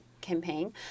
campaign